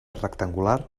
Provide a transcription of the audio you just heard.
rectangular